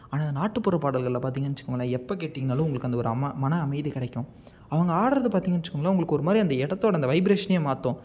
ஆனால் அந்த நாட்டுப்புற பாடல்களில் பாத்திங்கன்னு வச்சுக்கோங்களேன் எப்போ கேட்டிங்கன்னாலும் உங்களுக்கு அந்த ஒரு மன அமைதி கிடைக்கும் அவங்க ஆடுறது பாத்திங்கன்னு வச்சுக்கோங்களேன் உங்களுக்கு ஒருமாதிரி அந்த இடத்தோட அந்த வைப்ரேஷனை மாற்றும்